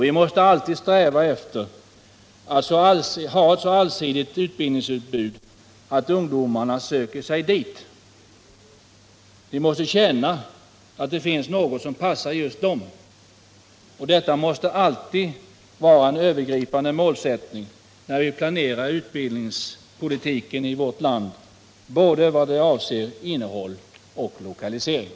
Vi måste alltid sträva efter att ha ett så allsidigt utbildningsutbud att ungdomarna söker sig dit. De skall kunna känna att det finns något som passar just dem. Detta måste vara en övergripande målsättning när vi planerar utbildningspolitiken i vårt land, både vad avser innehåll och lokalisering.